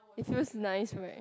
it feels nice right